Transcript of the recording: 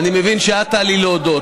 אני מבין שאת תעלי להודות,